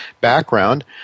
Background